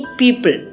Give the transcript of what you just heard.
people